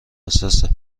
حساسه